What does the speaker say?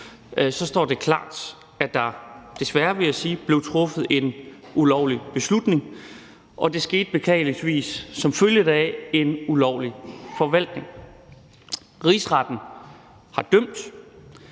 står det klart, at der desværre, vil jeg sige, blev truffet en ulovlig beslutning, og det skete beklageligvis som følge af en ulovlig forvaltning. Rigsretten har dømt,